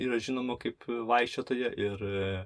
yra žinoma kaip vaikščiotoja ir